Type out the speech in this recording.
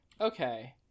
okay